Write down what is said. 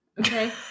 okay